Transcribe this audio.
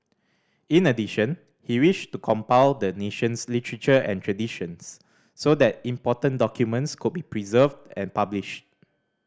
in addition he wished to compile the nation's literature and traditions so that important documents could be preserved and published